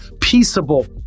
peaceable